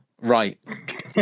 right